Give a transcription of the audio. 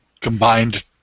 combined